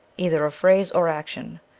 either of phrase or action,